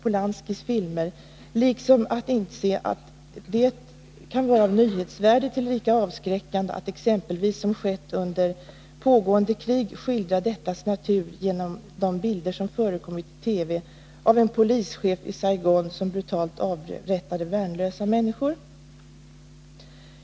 Polanskis filmer, liksom att varje sansad bedömare kan inse att det kan vara av nyhetsvärde — tillika avskräckande — att exempelvis, som skett, under pågående krig skildra dettas natur genom bl.a. de bilder som förekommit i TV av en polischef i Saigon, brutalt avrättande värnlösa människor.